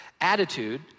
Attitude